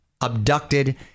abducted